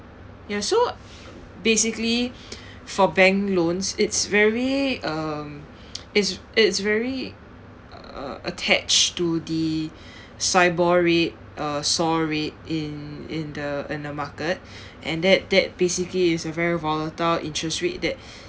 ya so basically for bank loans it's very um it's it's very a~ attached to the SIBOR rate uh SOR rate in in the in the market and that that basically is a very volatile interest rate that